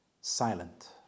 silent